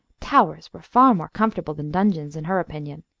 towers were far more comfortable than dungeons, in her opinion,